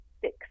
six